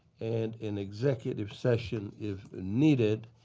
and an executive session, if needed,